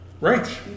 Right